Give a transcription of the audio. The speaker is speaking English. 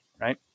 Right